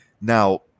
Now